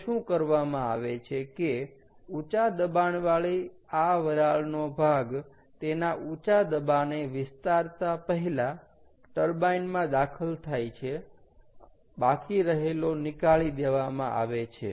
તો શું કરવામાં આવે છે કે ઉચા દબાણવાળી આ વરાળ નો ભાગ તેના ઊચા દબાણે વિસ્તારતા પહેલા ટર્બાઈન માં દાખલ થાય છે બાકી રહેલો નીકાળી દેવામાં આવે છે